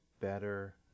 better